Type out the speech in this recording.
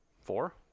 four